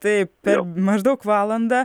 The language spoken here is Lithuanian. tai per maždaug valandą